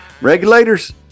regulators